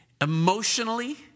emotionally